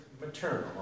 maternal